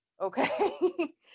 okay